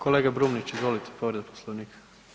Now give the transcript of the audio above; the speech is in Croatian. Kolega Brumnić, izvolite povreda Poslovnika.